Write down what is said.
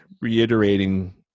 reiterating